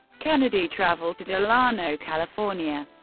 kennedy traveled to delano, california,